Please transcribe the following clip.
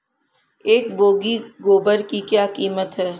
एक बोगी गोबर की क्या कीमत है?